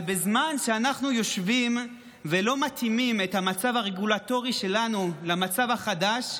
אבל בזמן שאנחנו יושבים ולא מתאימים את המצב הרגולטורי שלנו למצב החדש,